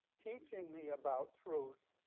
teaching me about truth,